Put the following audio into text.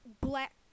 black